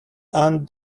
aunt